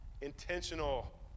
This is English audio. intentional